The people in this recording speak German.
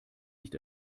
nicht